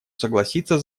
согласиться